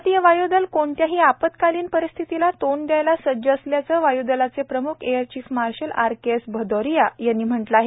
भारतीय वायूदल कोणत्याही आपत्कालीन परिस्थितीला तोंड द्यायला सज्ज असल्याचं वायूदलाचे प्रम्ख air chief marshal RKS Bhadauria यांनी म्हटलं आहे